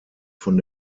von